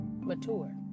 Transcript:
Mature